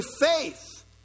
faith